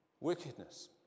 wickedness